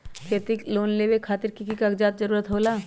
खेती लोन लेबे खातिर की की कागजात के जरूरत होला?